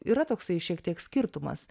yra toksai šiek tiek skirtumas